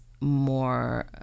more